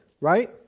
right